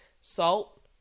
salt